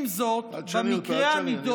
עם זאת, במקרה הנדון